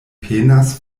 penas